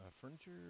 Furniture